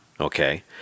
okay